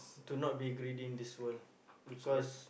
to not be greedy in this world because